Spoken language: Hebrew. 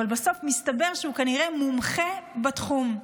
אבל בסוף מסתבר שהוא כנראה מומחה בתחום.